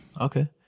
Okay